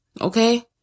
okay